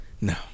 No